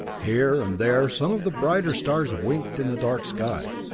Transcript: here and there some of the brighter stars winked in the dark sky.